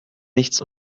nichts